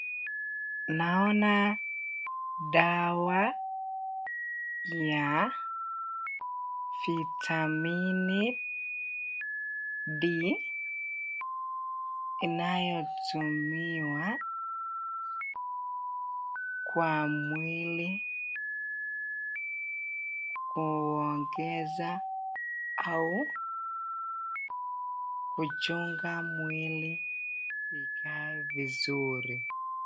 Naona dawa ya vitamini D, inayotumiwa kwa mwili, kuongeza au kuchunga mwili ikae vizuri.